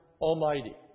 Almighty